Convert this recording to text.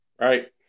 Right